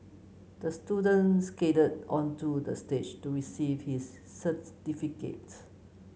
the student skated onto the stage to receive his certificate